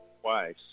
twice